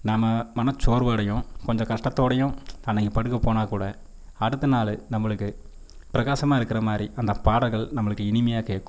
நாம் மன சோர்வோடயும் கொஞ்சம் கஷ்டத்தோடயும் அன்னைக்கி படுக்க போனால் கூட அடுத்த நாள் நம்மளுக்கு பிரகாசமாக இருக்கிற மாதிரி அந்த பாடல்கள் நம்மளுக்கு இனிமையாக கேட்கும்